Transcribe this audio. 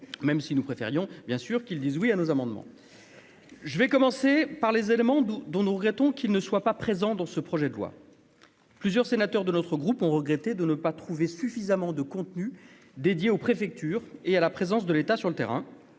même si nous préférions bien sûr qu'il dise oui à nos amendements, je vais commencer par les éléments dont nous regrettons qu'ils ne soient pas présents dans ce projet de loi. Plusieurs sénateurs de notre groupe ont regretté de ne pas trouver suffisamment de contenus dédiés aux préfectures et à la présence de l'État sur le terrain,